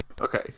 okay